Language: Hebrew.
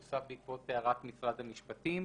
שהוסף בעקבות הערת משרד המשפטים.